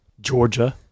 Georgia